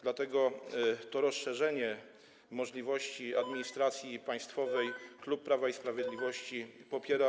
Dlatego to rozszerzenie możliwości administracji państwowej klub Prawo i Sprawiedliwość popiera.